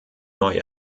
neue